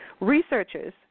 Researchers